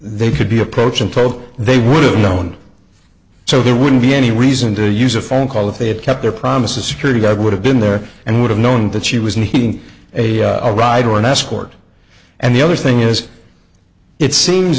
they could be approaching told they would have known so there wouldn't be any reason to use a phone call if they had kept their promise a security guard would have been there and would have known that she was making a rider or an escort and the other thing is it seems